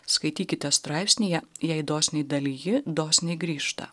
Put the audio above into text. skaitykite straipsnyje jei dosniai daliji dosniai grįžta